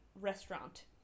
restaurant